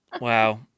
Wow